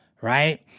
right